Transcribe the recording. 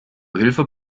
hilfe